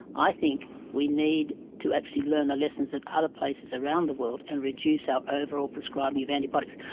i think we need to actually learn the lessons of other places around the world and reduce our overall prescribing of antibiotics.